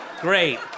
Great